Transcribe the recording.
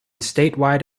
statewide